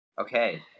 Okay